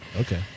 Okay